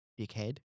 dickhead